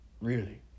Really